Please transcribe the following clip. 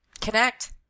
connect